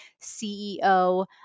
CEO